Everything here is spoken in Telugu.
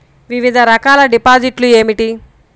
వివిధ రకాల డిపాజిట్లు ఏమిటీ?